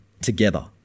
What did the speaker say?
together